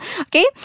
Okay